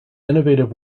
innovative